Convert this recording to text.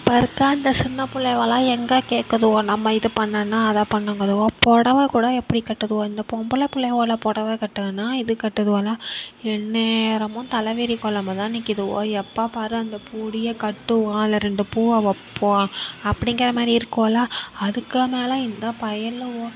இப்போ இருக்க அந்த சின்ன பிள்ளைவோலாம் எங்கே கேட்குதுவோ நம்ம இது பண்ணுன்னா அதை பண்ணுங்குதுவோ புடவ கூட எப்படி கட்டுதுவோ இந்த பொம்பளை பிள்ளைவோல புடவ கட்டுங்கன்னா எதுவும் கட்டுதுவோலா எந்நேரமும் தலைவிரி கோலமாக தான் நிற்கிதுவோ எப்போ பார் அந்த முடியை கட்டுவோம் அதில் ரெண்டு பூவை வைப்போம் அப்படிங்கிற மாதிரி இருக்குதுவோலா அதுக்கு மேலே இந்த பயலுவோ